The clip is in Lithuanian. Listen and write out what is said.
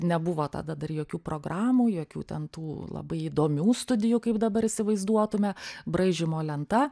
nebuvo tada dar jokių programų jokių ten tų labai įdomių studijų kaip dabar įsivaizduotume braižymo lenta